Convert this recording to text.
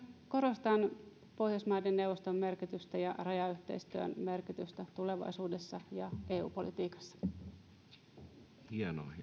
korostan pohjoismaiden neuvoston merkitystä ja rajayhteistyön merkitystä tulevaisuudessa ja eu politiikassa hienoa